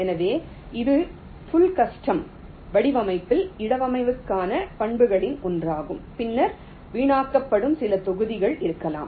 எனவே இது full custom வடிவமைப்பில் இடவமைவுக்கான பண்புகளில் ஒன்றாகும் பின்னர் வீணடிக்கப்படும் சில பகுதிகள் இருக்கலாம்